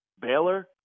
Baylor